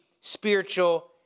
spiritual